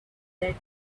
that